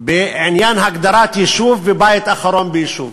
בעניין הגדרת יישוב, בית אחרון ביישוב,